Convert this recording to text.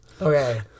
Okay